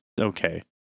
Okay